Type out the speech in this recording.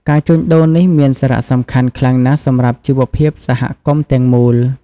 ការជួញដូរនេះមានសារៈសំខាន់ខ្លាំងណាស់សម្រាប់ជីវភាពសហគមន៍ទាំងមូល។